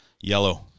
Yellow